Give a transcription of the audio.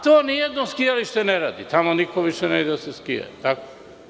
To ni jedno skijalište ne radi, tamo niko više ne ide da se skija, je li tako?